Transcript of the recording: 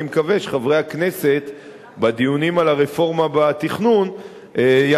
אני מקווה שבדיונים על הרפורמה בתכנון חברי הכנסת